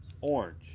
Orange